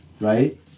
right